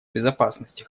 безопасности